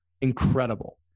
incredible